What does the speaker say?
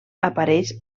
apareix